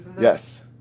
Yes